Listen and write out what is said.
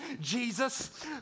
Jesus